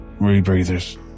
rebreathers